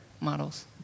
models